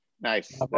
Nice